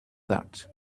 that